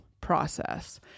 process